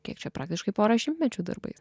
kiek čia praktiškai pora šimtmečių darbais